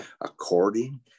according